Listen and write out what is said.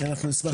אנחנו נשמח.